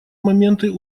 моменты